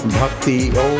Bhakti